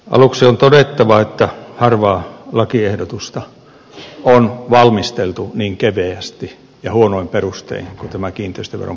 aluksi on todettava että harvaa lakiehdotusta on valmisteltu niin keveästi ja huonoin perustein kuin tätä kiinteistöveron poistamista verotulontasauksesta